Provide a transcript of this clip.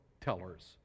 tellers